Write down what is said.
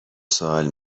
سوال